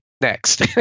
next